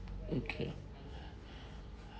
okay